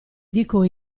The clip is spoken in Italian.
dico